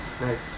Nice